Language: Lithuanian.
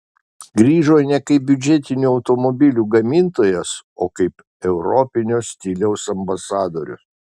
grįžo ne kaip biudžetinių automobilių gamintojas o kaip europinio stiliaus ambasadorius